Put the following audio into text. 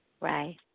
Right